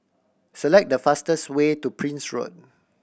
select the fastest way to Prince Road